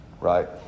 Right